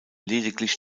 lediglich